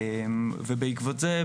בעקבות זה,